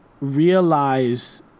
realize